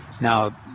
now